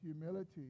humility